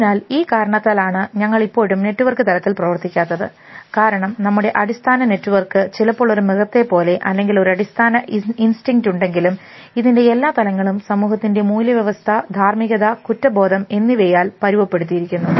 അതിനാൽ ഈ കാരണത്താലാണ് ഞങ്ങൾ ഇപ്പോഴും നെറ്റ്വർക്ക് തലത്തിൽ പ്രവർത്തിക്കാത്തത് കാരണം നമ്മുടെ അടിസ്ഥാന നെറ്റ്വർക്ക് ചിലപ്പോൾ ഒരു മൃഗത്തെ പോലെ അല്ലെങ്കിൽ ഒരു അടിസ്ഥാന ഇൻസ്റ്റിഗ്റ്റ് ഉണ്ടെങ്കിലും ഇതിൻറെ എല്ലാ തലങ്ങളും സമൂഹത്തിൻറെ മൂല്യവ്യവസ്ഥ ധാർമ്മികത കുറ്റബോധം എന്നിവയാൽ പരുവപ്പെടുത്തിയിരിക്കുന്നു